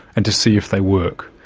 and to see if they work.